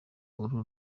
uru